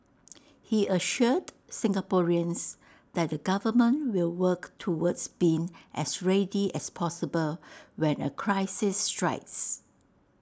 he assured Singaporeans that the government will work towards being as ready as possible when A crisis strikes